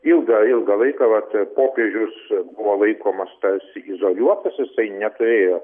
ilgą ilgą laiką vat popiežius buvo laikomas tarsi izoliuotas jisai neturėjo